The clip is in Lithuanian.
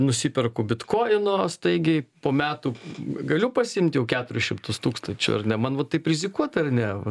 nusiperku bitkoino staigiai po metų galiu pasiimt jau keturis šimtus tūkstančių ar ne man va taip rizikuot ar ne